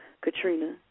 Katrina